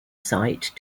site